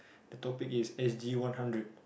the topic is s_g one hundred